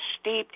steeped